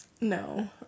No